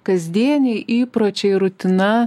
kasdieniai įpročiai rutina